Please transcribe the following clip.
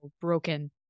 broken